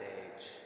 age